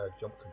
jump